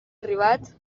arribat